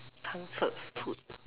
comfort food